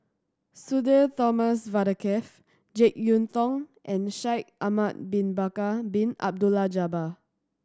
Sudhir Thomas Vadaketh Jek Yeun Thong and Shaikh Ahmad Bin Bakar Bin Abdullah Jabbar